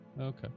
Okay